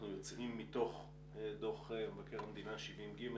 אנחנו יוצאים מתוך דוח מבקר המדינה 70ג',